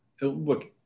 Look